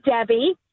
Debbie